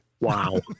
Wow